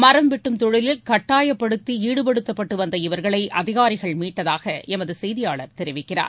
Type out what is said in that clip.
மரம் வெட்டும் தொழிலில் கட்டாயப்படுத்தி ஈடுபடுத்தப்பட்டு வந்த இவர்களை அதிகாரிகள் மீட்டதாக எமது செய்தியாளர் தெரிவிக்கிறார்